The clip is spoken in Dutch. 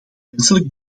menselijk